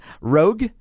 Rogue